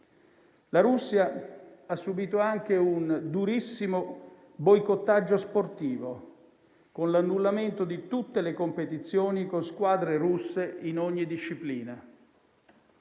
La Russia ha subito anche un durissimo boicottaggio sportivo con l'annullamento di tutte le competizioni con squadre russe in ogni disciplina.